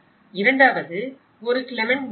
இரண்டாவது ஒரு கிளெமென்ட் நகரம்